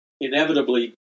inevitably